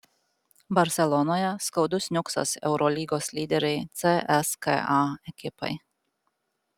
barselonoje skaudus niuksas eurolygos lyderei cska ekipai